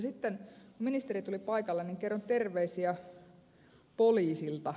sitten kun ministeri tuli paikalle niin kerron terveisiä poliisilta